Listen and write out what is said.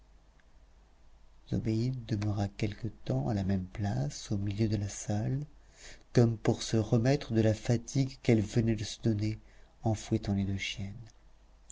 zobéide demeura quelque temps à la même place au milieu de la salle comme pour se remettre de la fatigue qu'elle venait de se donner en fouettant les deux chiennes